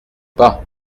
pas